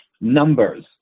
numbers